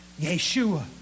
Yeshua